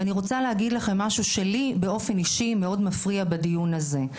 ואני רוצה להגיד לכם משהו שלי באופן אישי מאוד מפריע בדיון הזה.